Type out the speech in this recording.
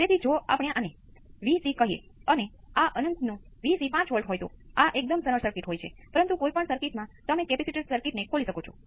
તેથી તમે વાસ્તવિક છેદ અને પછી એક જટિલ અંશ મેળવો છો